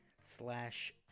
slash